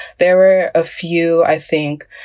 there were a few, i think,